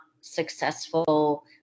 successful